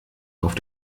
auf